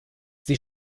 sie